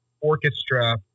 orchestra